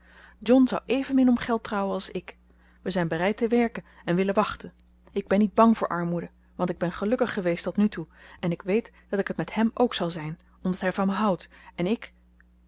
john zou evenmin om geld trouwen als ik wij zijn bereid te werken en willen wachten ik ben niet bang voor armoede want ik ben gelukkig geweest tot nu toe en ik weet dat ik het met hem ook zal zijn omdat hij van me houdt en